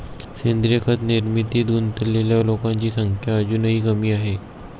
सेंद्रीय खत निर्मितीत गुंतलेल्या लोकांची संख्या अजूनही कमी आहे